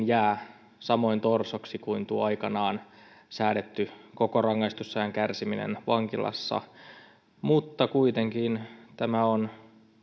jää samoin torsoksi kuin tuo aikanaan säädetty koko rangaistusajan kärsiminen vankilassa mutta kuitenkin tämä on